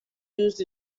used